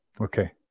Okay